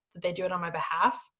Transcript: that they do it on my behalf,